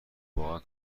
واقعا